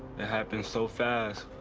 it happened so fast.